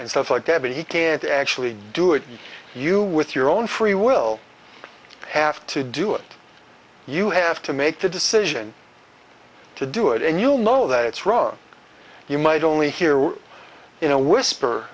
and stuff like that but he can't actually do it you with your own free will have to do it you have to make the decision to do it and you'll know that it's wrong you might only hear we're in a whisper